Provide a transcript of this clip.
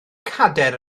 cadair